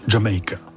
Jamaica